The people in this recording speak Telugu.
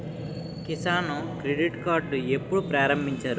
కిసాన్ క్రెడిట్ కార్డ్ ఎప్పుడు ప్రారంభించారు?